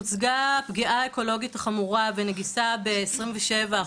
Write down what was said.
הוצגה פגיעה אקולוגית חמורה ונגיסה ב-27%,